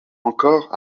encore